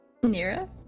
Nira